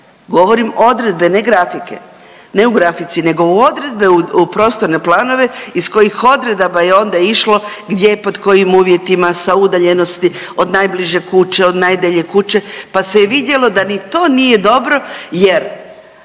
govorim odredbe ne grafike, ne u grafici nego u odredbe u prostorne planove iz kojih odredaba je onda išlo gdje pod kojim uvjetima, sa udaljenosti od najbliže kuće, od najdalje kuće pa se je vidjelo da ni to nije dobro jer